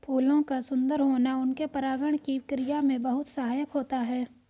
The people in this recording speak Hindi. फूलों का सुंदर होना उनके परागण की क्रिया में बहुत सहायक होता है